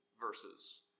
verses